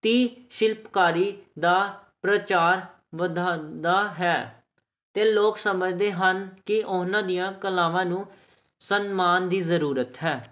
ਦੀ ਸ਼ਿਲਪਕਾਰੀ ਦਾ ਪ੍ਰਚਾਰ ਵਧਾਉਂਦਾ ਹੈ ਅਤੇ ਲੋਕ ਸਮਝਦੇ ਹਨ ਕਿ ਉਹਨਾਂ ਦੀਆਂ ਕਲਾਵਾਂ ਨੂੰ ਸਨਮਾਨ ਦੀ ਜ਼ਰੂਰਤ ਹੈ